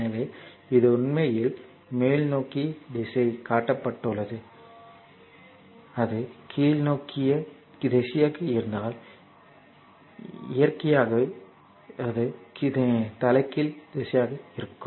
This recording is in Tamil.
எனவே இது உண்மையில் மேல்நோக்கி திசை காட்டப்பட்டுள்ளது அது கீழ்நோக்கிய திசையாக இருந்தால் இயற்கையாகவே அது தலைகீழ் திசையாக இருக்கும்